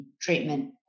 treatment